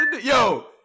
Yo